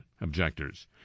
objectors